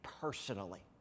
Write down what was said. personally